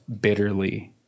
bitterly